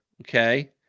okay